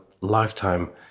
lifetime